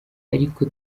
ariko